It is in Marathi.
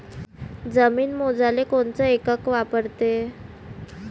जमीन मोजाले कोनचं एकक वापरते?